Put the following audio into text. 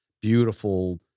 beautiful